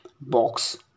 box